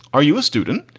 are you a student?